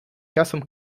часом